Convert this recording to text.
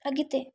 अगि॒ते